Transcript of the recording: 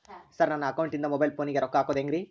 Sir ನನ್ನ ಅಕೌಂಟದಿಂದ mobile ಫೋನಿಗೆ ರೊಕ್ಕ ಹಾಕೋದು ಹೆಂಗ್ರಿ?